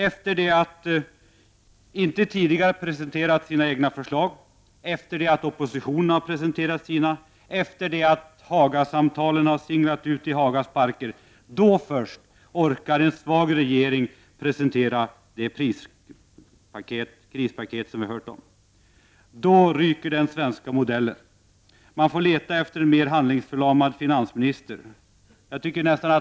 Efter att tidigare inte ha presenterat sina förslag, efter det att oppositionen har presenterat sina, efter det att Hagasamtalen singlat ut i Hagas parker, då först orkar en svag regering presentera dagens krispaket. Då ryker den svenska modellen! Man får leta efter en mer handlingsförlamad finansminister!